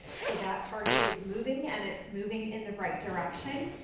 so that target is moving and it's moving in the right direction.